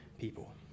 people